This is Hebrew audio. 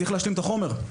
צריך להשלים את החומר.